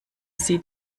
sie